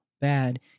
bad